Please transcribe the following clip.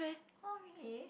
oh really